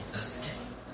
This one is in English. escape